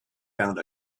found